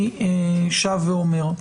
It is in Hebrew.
אני שב ואומר,